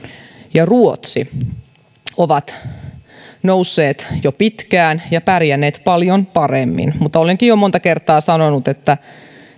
ja ruotsi ovat nousseet jo pitkään ja pärjänneet paljon paremmin mutta olenkin jo monta kertaa sanonut että